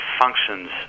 functions